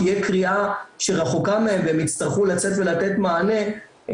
תהיה קריאה שרחוקה מהם והם יצטרכו לצאת ולתת מענה,